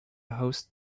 host